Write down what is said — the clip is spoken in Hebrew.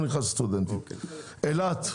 לגבי אילת,